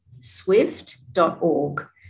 swift.org